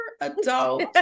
adult